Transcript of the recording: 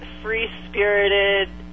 free-spirited